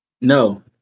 No